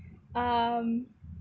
um